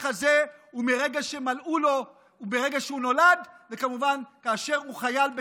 הזה הוא מרגע שהוא נולד וכמובן כאשר הוא חייל בצה"ל.